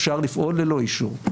אפשר לפעול ללא אישור.